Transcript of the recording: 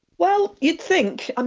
well, you'd think. um